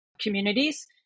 communities